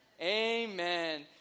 amen